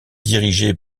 dirigée